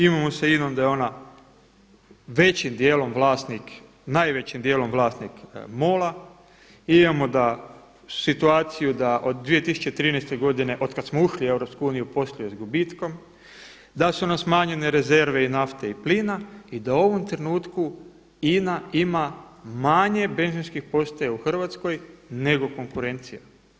Imamo sa INA-om da je ona većim dijelom najvećim dijelom vlasnik MOL-a, imamo situaciju da od 2013. godine od kada smo ušli u EU posluje s gubitkom, da su nam smanjenje rezerve i nafte i plina i da u ovom trenutku INA ima manje benzinskih postaja u Hrvatskoj nego konkurencija.